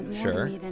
Sure